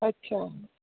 अच्छा